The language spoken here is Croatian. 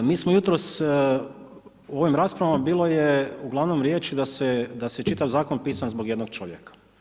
Mi smo jutros u ovim raspravama bilo je uglavnom riječi, da se čitav zakon pisan zbog jednog čovjeka.